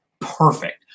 perfect